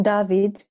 David